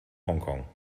hongkong